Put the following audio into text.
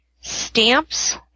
stamps